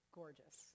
gorgeous